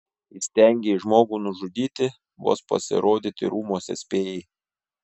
įstengei žmogų nužudyti vos pasirodyti rūmuose spėjai